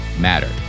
matter